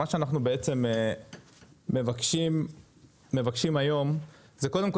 מה שאנחנו בעצם מבקשים היום זה קודם כל